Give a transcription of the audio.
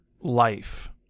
life